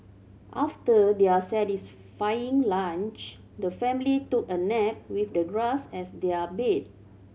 after their satisfying lunch the family took a nap with the grass as their bed